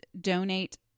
donate